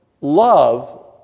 love